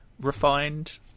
refined